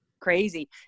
crazy